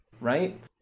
right